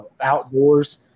outdoors